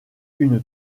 une